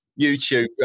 YouTube